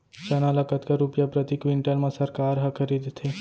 चना ल कतका रुपिया प्रति क्विंटल म सरकार ह खरीदथे?